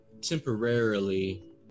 temporarily